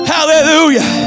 Hallelujah